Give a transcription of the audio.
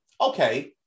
Okay